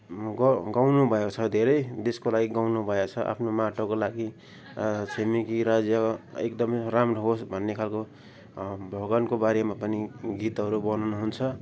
ग गाउनु भएको छ धेरै देशको लागि गाउनु भएको छ आफ्नो माटोको लागि छिमेकी राज्य एकदमै राम्रो होस् भन्ने खालको भगवान्कोबारेमा पनि गीतहरू बनाउनुहुन्छ